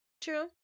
true